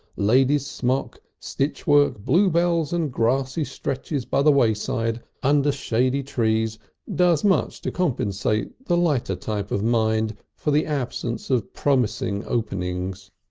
lady's smock, stitchwork, bluebells and grassy stretches by the wayside under shady trees does much to compensate the lighter type of mind for the absence of promising openings.